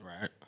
Right